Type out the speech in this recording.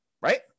right